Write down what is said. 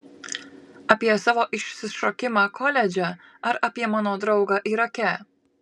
apie savo išsišokimą koledže ar apie mano draugą irake